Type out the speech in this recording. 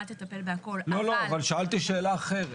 תטפל בכול אבל --- שאלתי שאלה אחרת,